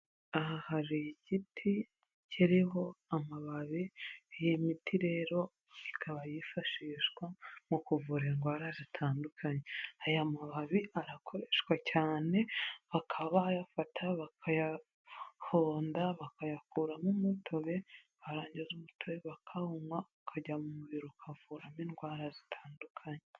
Aha hari igiti kiriho amababi, iyi miti rero ikaba yifashishwa mu kuvura indwara zitandukanye. Aya mababi arakoreshwa cyane, bakabayafata bakayahonda, bakayakuramo umutobe, barangiza umutobe bakawunywa ukajya mu mubiri ukavuramo indwara zitandukanye.